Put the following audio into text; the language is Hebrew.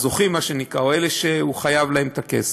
הזוכים, מה שנקרא, אלה שהחייב חייב להם את הכסף.